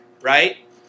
right